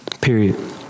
Period